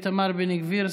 איתמר בן גביר,